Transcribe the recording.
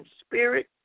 spirit